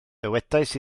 dywedais